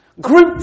Group